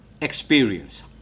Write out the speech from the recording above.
experience